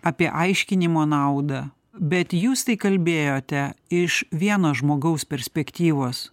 apie aiškinimo naudą bet jūs tai kalbėjote iš vieno žmogaus perspektyvos